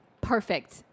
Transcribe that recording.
Perfect